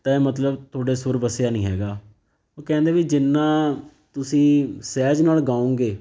ਤਾਂ ਮਤਲਬ ਤੁਹਾਡੇ ਸੁਰ ਵਸਿਆ ਨਹੀਂ ਹੈਗਾ ਉਹ ਕਹਿੰਦੇ ਵੀ ਜਿੰਨਾਂ ਤੁਸੀਂ ਸਹਿਜ ਨਾਲ ਗਾਓਗੇ